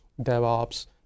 DevOps